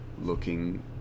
looking